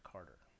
Carter